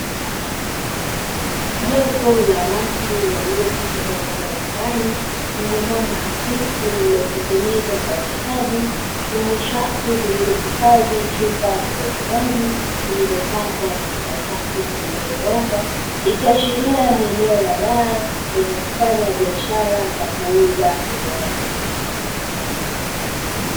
Jopo la watu walio katika eneo la ndani lenye mwanga hafifu lililotengenezwa kwa ustadi lenye safu zilizohifadhi chupa zenye vinywaji, vilivyopangwa katika safu zilizonyooka ikiashiria ni eneo la baa lenye kufanya biashara za kuuza vinywaji.